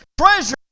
treasure